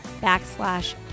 backslash